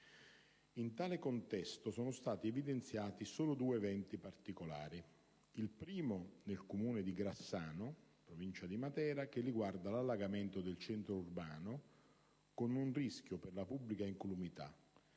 In tale contesto sono stati evidenziati solo due eventi particolari: il primo, nel comune di Grassano, in provincia di Matera, che riguarda l’allagamento del centro urbano con un rischio per la pubblica incolumita,